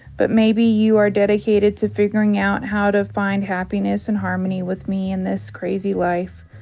but maybe you are dedicated to figuring out how to find happiness and harmony with me in this crazy life.